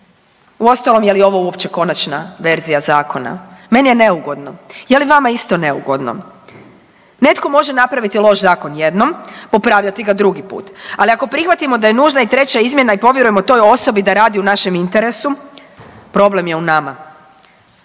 Uostalom je li ovo uopće konačna verzija zakona? Meni je neugodno. Je li vama isto neugodno? Netko može napraviti loš zakon jednom, popravljati ga drugi put, ali ako prihvatimo da je nužna i treća izmjena i povjerujemo toj osobi da radi u našem interesu, problem je u nama.